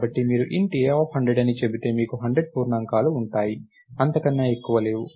కాబట్టి మీరు int a100 అని చెబితే మీకు 100 పూర్ణాంకాలు ఉన్నాయి అంతకన్నా ఎక్కువ లేవు